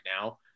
now